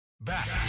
back